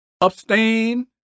Abstain